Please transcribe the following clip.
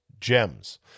gems